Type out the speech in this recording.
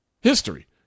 history